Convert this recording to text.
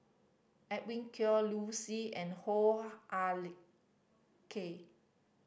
Edwin Koek Liu Si and Hoo Ah Kay